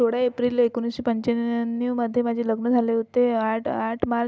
सोळा एप्रिल एकोणीसशे पंच्याण्णवमध्ये माझे लग्न झाले होते आठ आठ मार्च